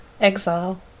exile